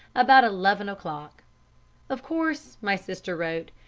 about eleven o'clock of course my sister wrote,